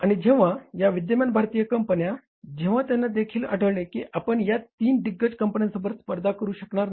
आणि जेव्हा या विद्यमान भारतीय कंपन्या जेव्हा त्यांना देखील आढळले की आपण या तीन दिग्गज कंपन्यांसोबत स्पर्धा करू शकणार नाही